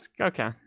okay